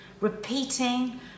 repeating